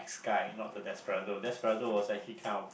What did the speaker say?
guy not the Desperado Desperado was actually kind of